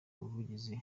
ubuvugizi